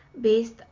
based